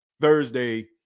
Thursday